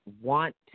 want